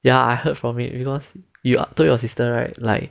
ya I heard from it because you told your sister right like